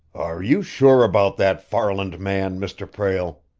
are you sure about that farland man, mr. prale?